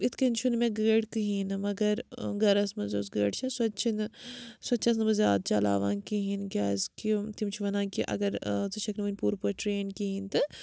اِتھ کَنۍ چھُنہٕ مےٚ گٲڑۍ کِہیٖنۍ نہٕ مَگر گَرَس منٛز یۄس گٲڑۍ چھےٚ سۄ تہِ چھِنہٕ سۄ تہِ چھَس نہٕ بہٕ زیادٕ چَلاوان کِہیٖنۍ کیٛازکہِ تِم چھِ وَنان کہِ اَگر ژٕ چھَکھ نہٕ وٕنۍ پوٗرٕ پٲٹھۍ ٹرٛین کِہیٖنۍ تہٕ